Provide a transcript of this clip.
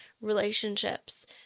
Relationships